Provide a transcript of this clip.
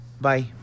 Bye